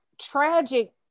tragic